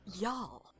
y'all